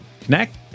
connect